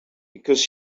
because